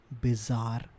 bizarre